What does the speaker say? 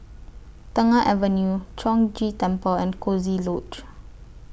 Tengah Avenue Chong Ghee Temple and Coziee Lodge